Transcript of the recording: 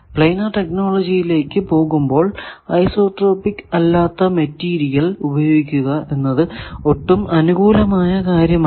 planar ടെക്നോളജിയിലേക്ക് പോകുമ്പോൾ isotropic അല്ലാത്ത മെറ്റീരിയൽ ഉപയോഗിക്കുക എന്നത് ഒട്ടും അനുകൂലമായ കാര്യമല്ല